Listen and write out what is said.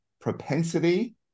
propensity